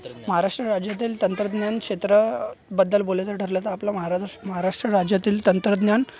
महाराष्ट्र राज्यातील तंत्रज्ञान क्षेत्राबद्दल बोलायचं ठरलं तर आपलं महाराजा महाराष्ट्र राज्यातील तंत्रज्ञान